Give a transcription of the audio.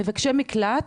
אז מבקשי מקלט,